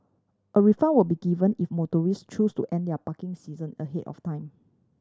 a refund will be given if motorist choose to end their parking session ahead of time